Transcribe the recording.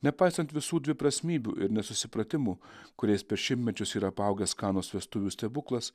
nepaisant visų dviprasmybių ir nesusipratimų kuriais per šimtmečius yra apaugęs kanos vestuvių stebuklas